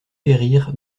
périr